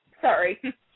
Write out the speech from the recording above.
Sorry